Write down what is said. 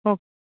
ਓ